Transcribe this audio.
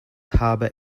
harbour